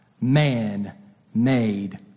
man-made